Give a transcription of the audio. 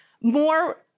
More